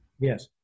Yes